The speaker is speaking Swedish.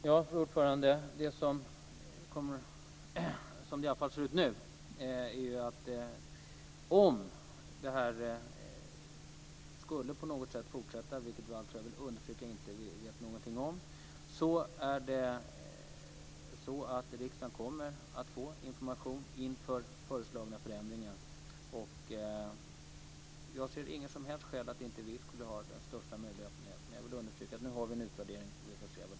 Fru talman! Om det här på något sätt skulle fortsätta, vilket jag vill understryka att vi inte vet någonting om, kommer riksdagen att få information inför föreslagna förändringar. Jag ser inga som helst skäl till att vi inte skulle ha största möjliga öppenhet. Men jag vill understryka att vi nu har en utvärdering. Vi får se vad den leder till.